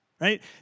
Right